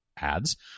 ads